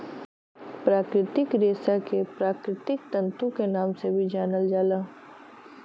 प्राकृतिक रेशा के प्राकृतिक तंतु के नाम से भी जानल जाला